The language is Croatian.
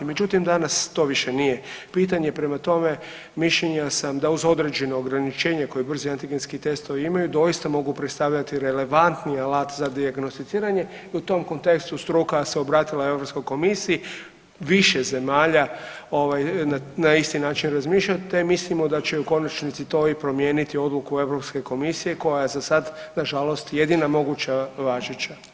Međutim danas to više nije pitanje, prema tome, mišljenja sam da uz određeno ograničenje koje brzi antigenski testovi imaju doista mogu predstavljati relevantni alat za dijagnosticiranje i u tom kontekstu struka se obratila EU komisiji, više zemalja na isti način razmišljaju te mislimo da će u konačnici to i promijeniti odluku EU komisije koja zasad nažalost jedina moguća važeća.